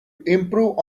improve